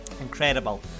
Incredible